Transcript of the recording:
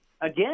Again